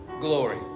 Glory